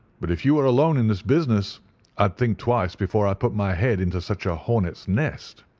but if you were alone in this business i'd think twice before i put my head into such a hornet's nest.